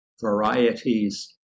varieties